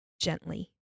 gently